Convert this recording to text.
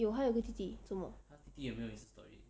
有她有个弟弟